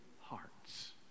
hearts